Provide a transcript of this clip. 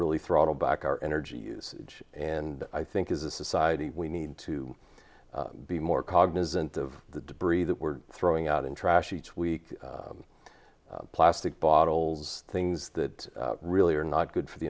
really throttle back our energy usage and i think as a society we need to be more cognizant of the debris that we're throwing out in trash each week plastic bottles things that really are not good for the